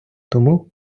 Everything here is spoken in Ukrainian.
тому